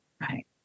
Right